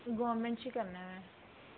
government 'ਚ ਕਰਨਾ ਮੈਂ